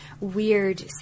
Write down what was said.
weird